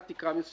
עד תקרה מסוימת